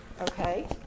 Okay